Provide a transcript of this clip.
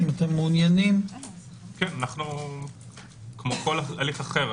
כמו כל הליך אחר,